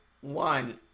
one